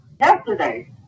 yesterday